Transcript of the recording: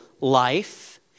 life